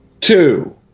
two